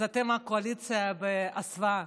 אז אתם קואליציה בהסוואה.